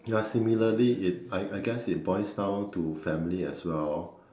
ya similarly is I I guess it boils down to family as well